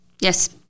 Yes